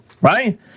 right